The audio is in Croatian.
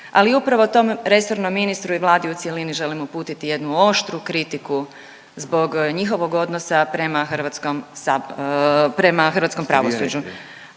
Ali upravo tom resornom ministru i Vladi u cjelini želim uputiti jednu oštru kritiku zbog njihovog odnosa prema hrvatskom